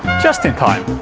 just in time!